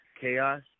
chaos